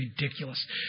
ridiculous